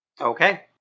Okay